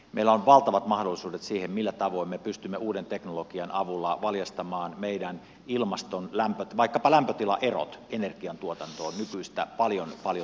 meillä on valtavat mahdollisuudet siihen millä tavoin me pystymme uuden teknologian avulla valjastamaan meidän ilmastomme vaikkapa lämpötilaerot energiantuotantoon nykyistä paljon paljon tehokkaammin